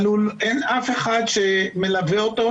אבל אין אף אחד שמלווה אותו,